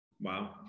Wow